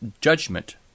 judgment